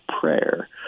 prayer